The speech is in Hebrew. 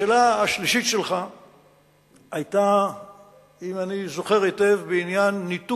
השאלה השלישית שלך היתה בעניין ניתוק